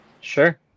sure